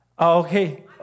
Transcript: Okay